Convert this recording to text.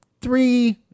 three